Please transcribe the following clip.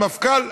על מפכ"ל,